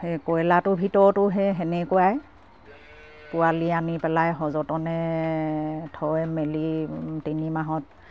সেই কয়লাৰটোৰ ভিতৰতো সেই সেনেকুৱাই পোৱালি আনি পেলাই সযতনে থয় মেলি তিনি মাহত